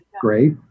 Great